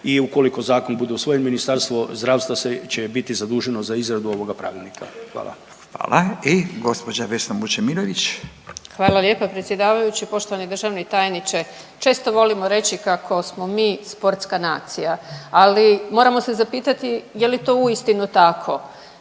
i ukoliko zakon bude usvojen Ministarstvo zdravstva će biti zaduženo za izradu ovoga pravilnika. Hvala. **Radin, Furio (Nezavisni)** Hvala. I gospođa Vesna Vučemilović. **Vučemilović, Vesna (Hrvatski suverenisti)** Hvala lijepa predsjedavajući. Poštovani državni tajniče, često volimo reći kako smo mi sportska nacija, ali moramo se zapitati je li to uistinu tako.